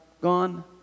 gone